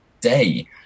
day